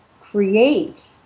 create